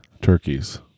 turkeys